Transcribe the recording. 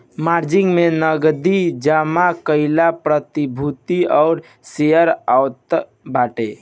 margin में नगदी जमा कईल प्रतिभूति और शेयर आवत बाटे